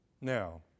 Now